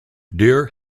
dear